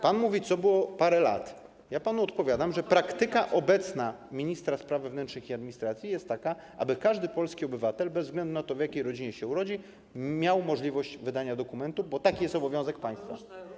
Pan mówi, co było przez parę lat, ja panu odpowiadam, że obecna praktyka ministra spraw wewnętrznych i administracji jest taka, aby każdy polski obywatel bez względu na to, w jakiej rodzinie się urodzi, miał możliwość uzyskania dokumentu, bo taki jest obowiązek państwa.